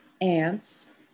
ants